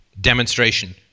demonstration